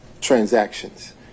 transactions